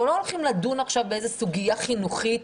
אנחנו לא הולכים לדון עכשיו באיזו סוגיה חינוכית,